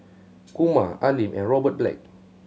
Kumar Al Lim and Robert Black